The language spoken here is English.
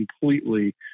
completely